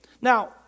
Now